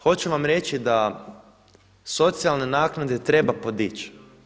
Hoću vam reći da socijalne naknade treba podići.